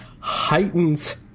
heightens